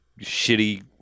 shitty